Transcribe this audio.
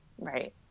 Right